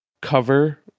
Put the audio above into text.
cover